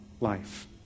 life